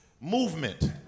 movement